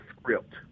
script